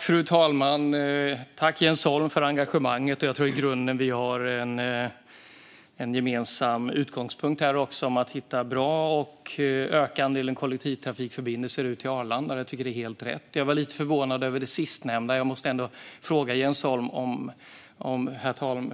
Fru talman! Tack, Jens Holm, för engagemanget! Jag tror att vi i grunden har en gemensam utgångspunkt om att hitta bra lösningar och öka andelen kollektivtrafikförbindelser ut till Arlanda. Jag tycker att det är helt rätt. Jag blev lite förvånad över det sistnämnda och måste fråga Jens Holm,